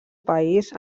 país